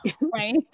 right